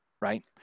Right